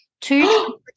Two